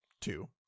two